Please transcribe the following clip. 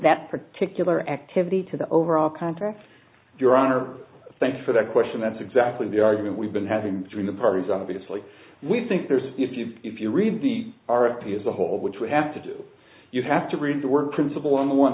that particular activity to the overall contest your honor thanks for that question that's exactly the argument we've been having during the parties obviously we think there's if you if you read the r f p as a whole which we have to do you have to read the work principle on the one